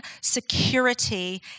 security